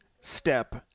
step